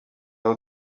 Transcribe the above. aho